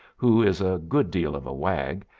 who is a good deal of a wag,